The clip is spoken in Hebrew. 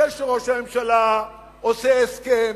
זה שראש הממשלה עושה הסכם,